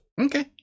Okay